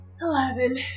Eleven